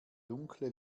dunkle